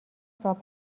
صاحب